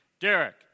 Derek